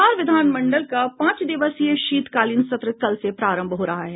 बिहार विधान मंडल का पांच दिवसीय शीतकालीन सत्र कल से प्रारंभ हो रहा है